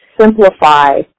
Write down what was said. simplify